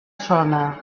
sona